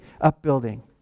upbuilding